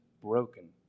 broken